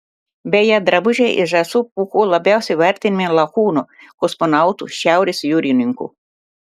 beje drabužiai iš žąsų pūkų labiausiai vertinami lakūnų kosmonautų šiaurės jūrininkų